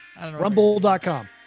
Rumble.com